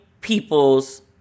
people's